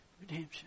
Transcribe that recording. redemption